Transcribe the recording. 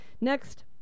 Next